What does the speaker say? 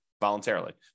voluntarily